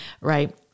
Right